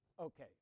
Okay